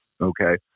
Okay